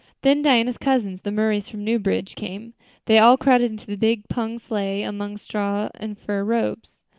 then diana's cousins, the murrays from newbridge, came they all crowded into the big pung sleigh, among straw and furry robes.